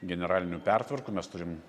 generalinių pertvarkų mes turim